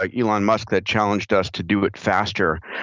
like elon musk, that challenged us to do it faster